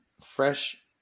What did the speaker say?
fresh